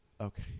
okay